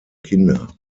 kinder